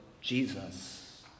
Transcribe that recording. Jesus